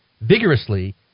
vigorously